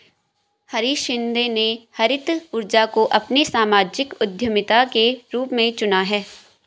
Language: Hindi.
हरीश शिंदे ने हरित ऊर्जा को अपनी सामाजिक उद्यमिता के रूप में चुना है